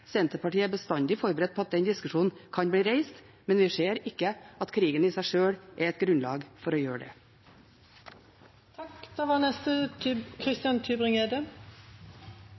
Senterpartiet er bestandig forberedt på at den diskusjonen kan bli reist, men vi ser ikke at krigen i seg sjøl er et grunnlag for å gjøre det. Jeg vil også takke utenriksministeren for redegjørelsen. Det var